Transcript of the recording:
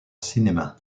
cinema